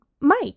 Mike